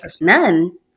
none